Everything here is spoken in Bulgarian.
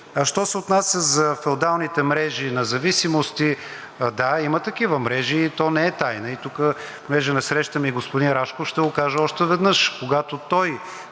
Що се отнася за феодалните мрежи на зависимости – да, има такива мрежи. То не е тайна. И тук, понеже насреща ми е господин Рашков, ще го кажа още веднъж. Когато той